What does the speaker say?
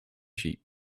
sheep